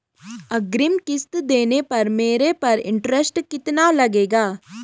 अग्रिम किश्त देने पर मेरे पर इंट्रेस्ट कितना लगेगा?